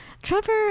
Trevor